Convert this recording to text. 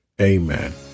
Amen